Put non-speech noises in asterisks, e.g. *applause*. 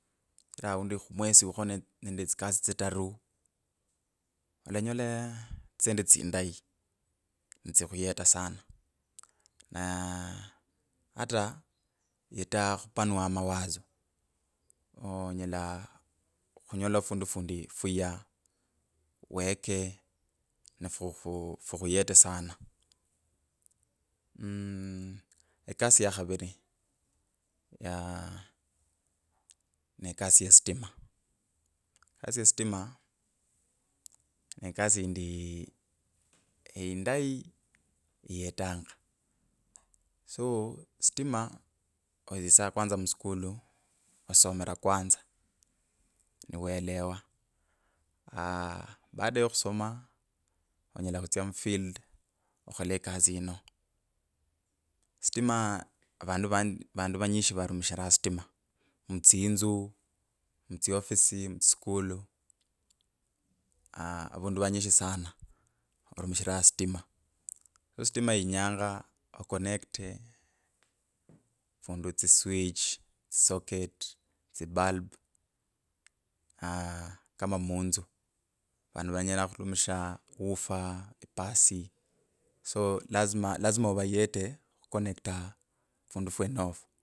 Ata aundi khumwesi ukho ne nende tsikasi tsitaru, olanyala *hesitation* tsisendi tsindayi, nitsikhuyeta sana naa ata iyeta khupanua mawazo oooo onyela khunyola fundu fundi fuya wekee nifukhu fukhuyeta sana mmm ekasi ya kihaviri ya ne ekasi ya stima ekasi ne kasi indi, indinyu iyatanga so stima otsitsa kwanza muskuli osamera kwnza, ni walewa aah balacha yo khusoma onyela khutsya mufield okhole ekasi yino stima, vandu va vanyishi varumishira stima. Mutsinzu, mutsiofisi, mutsiskulu aaah avandu anyishi sana varumishira stima. so stima yinyanga okunekta fundu, tsiswitche, tsisocket tsibulb aaah kama munzu vandu vanyala khurumishira woofer. pasi so lazima ovayete khukonekta fundu fwenofo.